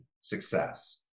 success